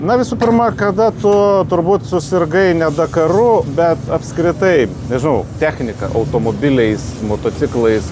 na visų pirma kada tu turbūt susirgai ne dakaru bet apskritai nežinau technika automobiliais motociklais